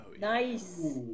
Nice